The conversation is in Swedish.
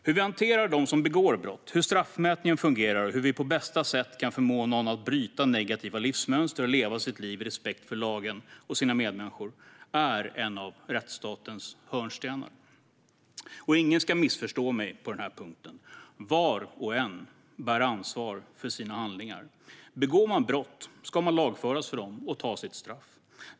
Hur vi hanterar dem som begår brott, hur straffmätningen fungerar och hur vi på bästa sätt kan förmå någon att bryta negativa livsmönster och leva sitt liv i respekt för lagen och sina medmänniskor är en av rättsstatens hörnstenar. Ingen ska missförstå mig på den här punkten: Var och en bär ansvar för sina handlingar. Begår man brott ska man lagföras för dem och ta sitt straff.